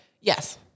Yes